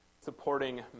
supporting